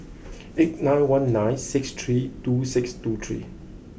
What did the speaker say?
eight nine one nine six three two six two three